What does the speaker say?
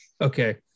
okay